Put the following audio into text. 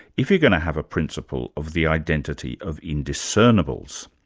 if you're going to have a principle of the identity of indiscernables.